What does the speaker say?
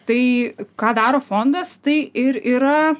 tai ką daro fondas tai ir yra